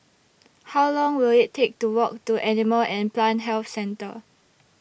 How Long Will IT Take to Walk to Animal and Plant Health Centre